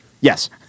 Yes